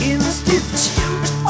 Institute